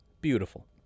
beautiful